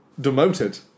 demoted